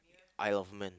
Aisle of Men